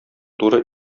туры